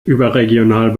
überregional